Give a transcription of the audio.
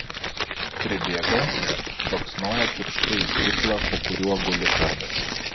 pribėga baksnoja pirštu į stiklą po kuriuo guli kardas